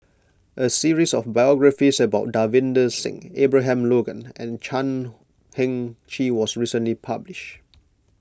a series of biographies about Davinder Singh Abraham Logan and Chan Heng Chee was recently published